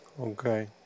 Okay